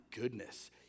goodness